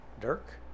dirk